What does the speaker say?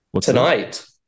tonight